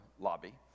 lobby